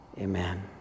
Amen